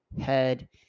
head